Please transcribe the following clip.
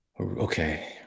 Okay